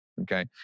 okay